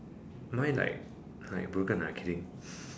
my like like broken lah kidding